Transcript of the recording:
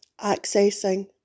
accessing